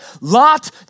Lot